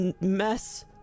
mess